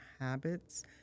habits